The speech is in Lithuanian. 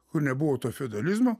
kur nebuvo to feodalizmo